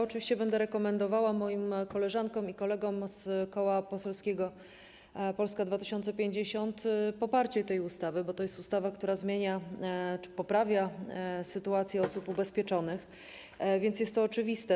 Oczywiście będę rekomendowała moim koleżankom i kolegom z koła poselskiego Polska 2050 poparcie tej ustawy, bo jest to ustawa, która zmienia czy poprawia sytuację osób ubezpieczonych, więc jest to oczywiste.